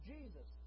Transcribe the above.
Jesus